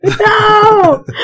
no